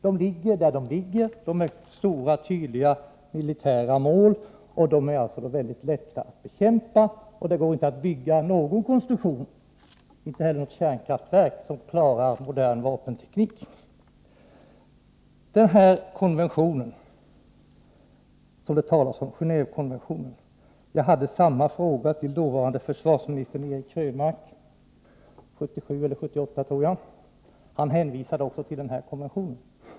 De ligger där de ligger, de är stora, tydliga militära mål och de är mycket lätta att bekämpa. Det går inte att bygga någon konstruktion, inte heller något kärnkraftverk, som klarar modern vapenteknik. Det talas om Gendvekonventionen. Jag ställde samma fråga till dåvarande försvarsministern Eric Krönmark, 1977 eller 1978, och han hänvisade också till denna konvention.